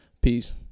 peace